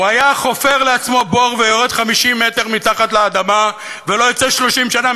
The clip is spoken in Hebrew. הוא היה חופר לעצמו בור ויורד 50 מטר מתחת לאדמה ולא יוצא 30 שנה,